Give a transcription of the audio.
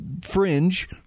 fringe